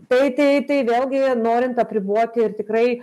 tai tai tai vėlgi norint apriboti ir tikrai